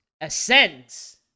ascends